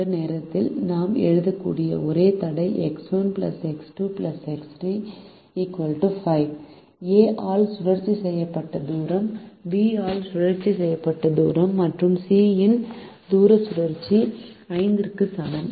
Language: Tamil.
இந்த நேரத்தில் நாம் எழுதக்கூடிய ஒரே தடை x 1 x 2 x 3 5X1 X2X3 5 A ஆல் சுழற்சி செய்யப்பட்ட தூரம் B ஆல் சுழற்சி செய்யப்பட்ட தூரம் மற்றும் C இன் தூர சுழற்சி 5 க்கு சமம்